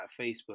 Facebook